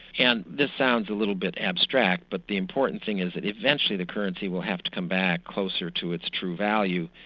and this sounds a little bit abstract, but the important thing is that eventually the currency will have to come back closer to its true value,